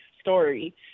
story